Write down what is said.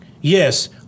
yes